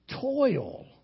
toil